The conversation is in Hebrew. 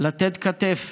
לתת כתף